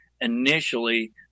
initially